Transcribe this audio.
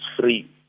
free